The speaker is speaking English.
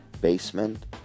Basement